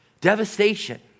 Devastation